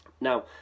Now